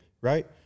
right